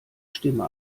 stimme